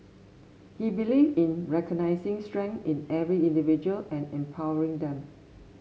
he believe in recognising strength in every individual and empowering them